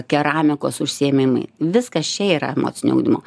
keramikos užsiėmimai viskas čia yra emocinio ugdymo